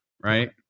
Right